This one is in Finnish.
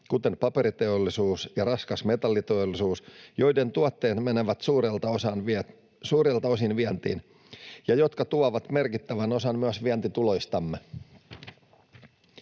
kuten paperiteollisuus ja raskas metalliteollisuus, joiden tuotteet menevät suurelta osin vientiin ja jotka tuovat merkittävän osan myös vientituloistamme.